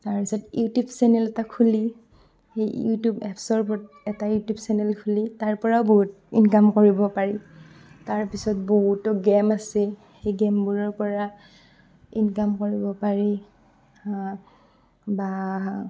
তাৰপিছত YouTube channel এটা খুলি সেই ইউটিউব এপছৰ প এটা ইউটিউব চেনেল খুলি তাৰ পৰাও বহুত ইনকাম কৰিব পাৰি তাৰপিছত বহুতো গেম আছে সেই গেমবোৰৰ পৰা ইনকাম কৰিব পাৰি বা